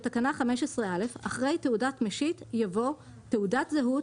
בתקנה 15(א) אחרי "תעודת משיט" יבוא: "תעודת זהות,